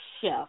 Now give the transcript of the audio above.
chef